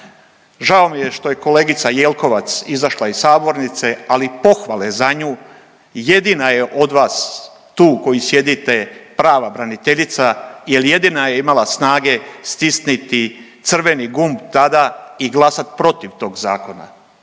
Žao je što je kolegica Jelkovac izašla iz sabornice, ali pohvale za nju, jedina je od vas tu koji sjedite prava braniteljica jel jedina je imala snage stisniti crveni gumb tada i glasa protiv tog zakona,